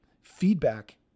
Feedback